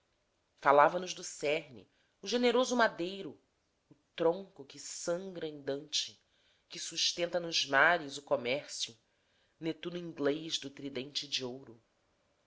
falava nos do cerne o generoso madeiro o tronco que sangra em dante que sustenta nos mares o comércio netuno inglês do tridente de ouro